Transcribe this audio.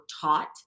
taught